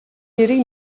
нэрийг